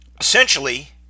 Essentially